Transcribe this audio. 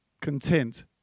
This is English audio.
content